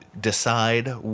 decide